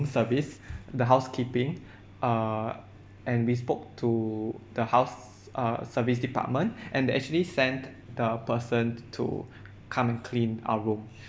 service the housekeeping err and we spoke to the house uh service department and they actually sent the person to come and clean our room